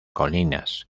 colinas